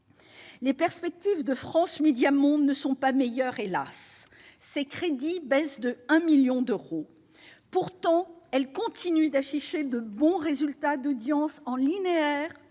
Les perspectives de France Médias Monde ne sont pas meilleures, hélas ! Ses crédits baissent de 1 million d'euros, alors qu'elle continue d'afficher de bons résultats d'audience en linéaire